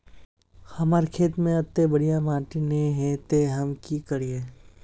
हमर खेत में अत्ते बढ़िया माटी ने है ते हम की करिए?